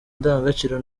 ndangagaciro